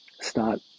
start